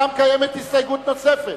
קיימת הסתייגות נוספת,